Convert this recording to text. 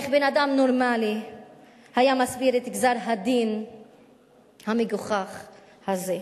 איך בן-אדם נורמלי היה מסביר את גזר-הדין המגוחך הזה?